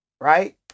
right